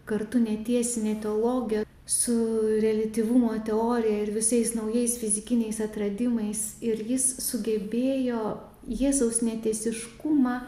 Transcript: kartu netiesinė teologija su reliatyvumo teorija ir visais naujais fizikiniais atradimais ir jis sugebėjo jėzaus netiesiškumą